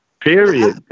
Period